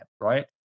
right